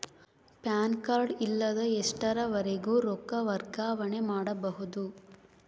PAN card ಇಲ್ಲದ ಎಷ್ಟರವರೆಗೂ ರೊಕ್ಕ ವರ್ಗಾವಣೆ ಮಾಡಬಹುದು?